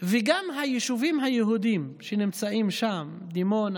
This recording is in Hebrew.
וגם היישובים היהודיים שנמצאים שם, דימונה